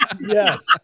Yes